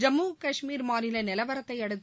ஜம்மு கஷ்மீர் மாநில நிலவரத்தை அடுத்து